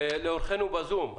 לאורחינו בזום,